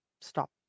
stop